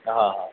हा हा